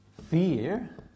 fear